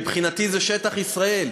מבחינתי זה שטח ישראל,